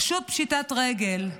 פשוט פשיטת רגל.